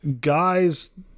guys